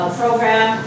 program